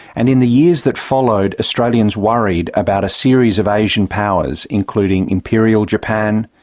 and in the years that followed, australians worried about a series of asian powers, including imperial japan,